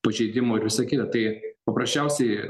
pažeidimų ir visa kita tai paprasčiausiai